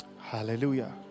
hallelujah